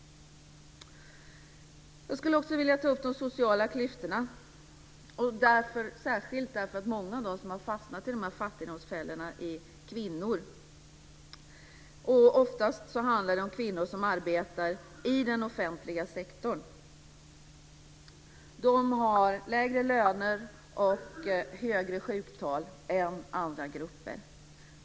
Jag skulle också vilja ta upp de sociala klyftorna, särskilt därför att många av dem som har fastnat i fattigdomsfällorna är kvinnor. Oftast handlar det om kvinnor som arbetar i den offentliga sektorn. De har lägre löner och högre sjuktal än andra grupper.